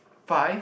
five